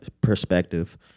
perspective